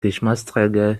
geschmacksträger